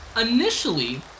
initially